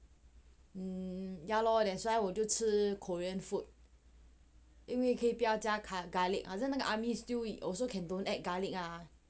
mm ya lor that's why 我就吃 korean food 因为可以不要加 garlic ah then 那个 army stew it also can don't add garlic ah